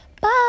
Bye